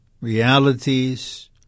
realities